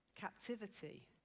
Captivity